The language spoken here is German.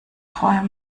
träumen